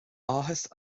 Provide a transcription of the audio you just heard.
áthas